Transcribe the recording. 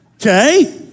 Okay